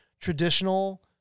traditional